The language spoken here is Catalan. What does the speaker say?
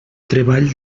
treball